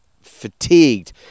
fatigued